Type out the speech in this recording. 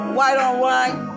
white-on-white